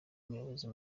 umuyobozi